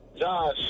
Josh